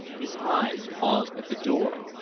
his eyes paused at the door.